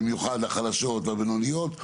במיוחד לחלשות לבינוניות,